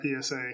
PSA